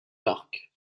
parc